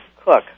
Cook